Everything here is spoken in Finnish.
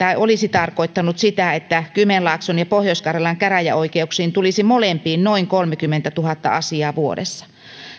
tämä olisi tarkoittanut sitä että kymenlaakson ja pohjois karjalan käräjäoikeuksiin tulisi molempiin noin kolmekymmentätuhatta asiaa vuodessa